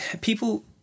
people